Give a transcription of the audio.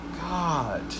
God